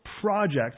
project